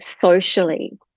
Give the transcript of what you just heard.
socially